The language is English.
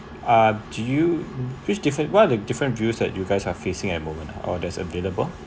uh do you which different what are the different views that you guys are facing at the moment or that's available